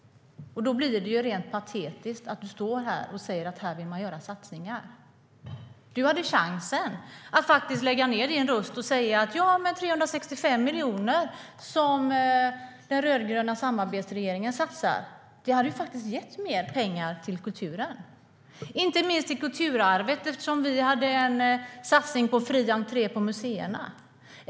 Då blir det rent patetiskt att du står här och säger att här vill ni göra satsningar. Du hade chansen att faktiskt lägga ned din röst eftersom 365 miljoner som den rödgröna samarbetsregeringen satsar hade gett mer pengar till kulturen, inte minst till kulturarvet eftersom vi hade en satsning på fri entré till museerna.